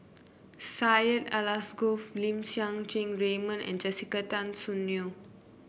Syed Alsagoff Lim Siang Keat Raymond and Jessica Tan Soon Neo